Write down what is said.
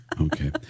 Okay